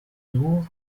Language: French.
lourd